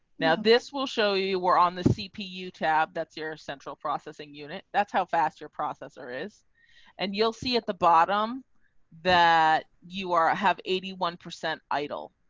now this will show you were on the cpu tab. that's your central processing unit. that's how fast your processor is and you'll see at the bottom that you are a have eighty one percent idle.